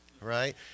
Right